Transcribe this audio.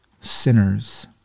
sinners